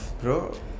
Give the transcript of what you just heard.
Bro